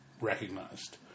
recognized